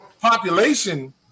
population